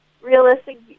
realistic